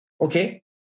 Okay